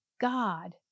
God